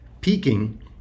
peaking